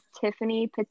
Tiffany